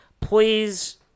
please